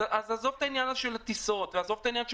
עזוב את עניין הטיסות ועזוב את עניין ההחזרים.